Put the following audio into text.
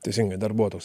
teisingai dar buvo toks